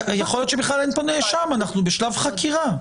יכול להיות שבכלל אין נאשם, אנחנו בשלב חקירה.